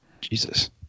Jesus